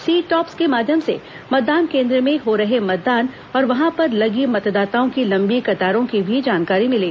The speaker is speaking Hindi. सी टॉप्स के माध्यम से मतदान केंद्र में हो रहे मतदान और वहां पर लगी मतदाताओं की लंबी कतारों की भी जानकारी मिली